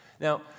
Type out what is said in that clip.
Now